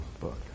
book